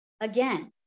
again